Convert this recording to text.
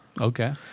Okay